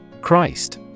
Christ